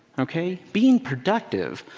ok. being productive.